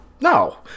No